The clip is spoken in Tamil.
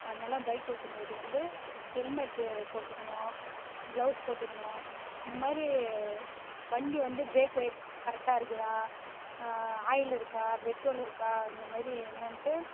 அதனால் பைக் ஓட்டும்போது வந்து ஹெல்மெட்டு போட்டுக்கணும் கிளவுஸ் போட்டுக்கணும் இந்த மாதிரி வண்டி வந்து பிரேக் ஒயர் கரெக்டாக இருக்குதா ஆயில் இருக்கா பெட்ரோல் இருக்கா இந்த மாரி என்னென்ட்டு